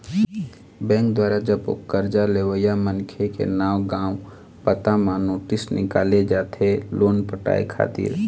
bank दुवारा जब ओ करजा लेवइया मनखे के नांव गाँव पता म नोटिस निकाले जाथे लोन पटाय खातिर